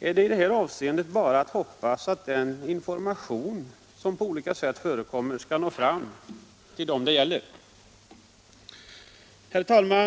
är det i det här avseendet bara att hoppas att den information som på olika sätt förekommer skall nå fram till dem det gäller. Herr talman!